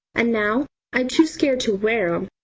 and now i'm too scared to wear em,